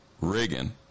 Reagan